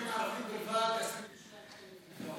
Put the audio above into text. ביישובים ערביים בלבד, מכלל התביעות.